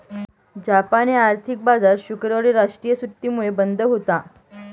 जापानी आर्थिक बाजार शुक्रवारी राष्ट्रीय सुट्टीमुळे बंद होता